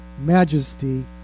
majesty